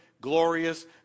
glorious